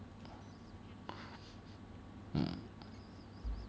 mm